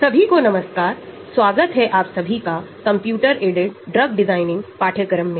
सभी को नमस्कार आपका स्वागत है कंप्यूटर एडेड ड्रग डिज़ाइन पाठ्यक्रम में